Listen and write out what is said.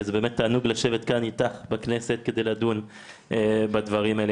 תענוג לשבת כאן איתה בכנסת כדי לדון בדברים האלה.